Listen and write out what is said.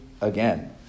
again